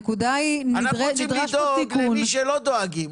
אנחנו צריכים לדאוג למי שלא דואגים,